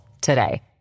today